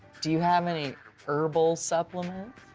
do you have any herbal supplements?